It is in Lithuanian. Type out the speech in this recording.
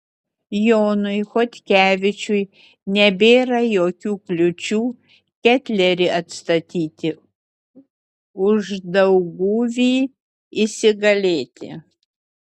jonui chodkevičiui nebėra jokių kliūčių ketlerį atstatyti uždauguvy įsigalėti